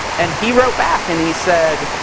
and he wrote back and he said,